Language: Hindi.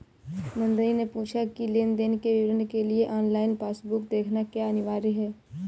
नंदनी ने पूछा की लेन देन के विवरण के लिए ऑनलाइन पासबुक देखना क्या अनिवार्य है?